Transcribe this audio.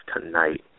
tonight